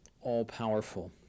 all-powerful